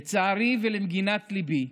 לצערי ולמגינת ליבי,